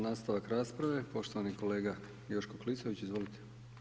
Nastavak rasprave, poštovani kolega Joško Klisović, izvolite.